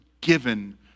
given